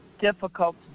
difficult